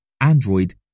Android